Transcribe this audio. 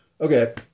Okay